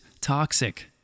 toxic